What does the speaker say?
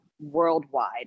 worldwide